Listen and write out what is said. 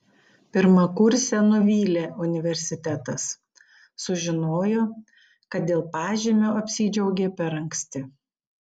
pirmakursę nuvylė universitetas sužinojo kad dėl pažymio apsidžiaugė per anksti